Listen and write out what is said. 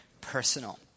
personal